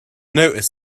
notice